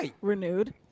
renewed